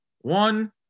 one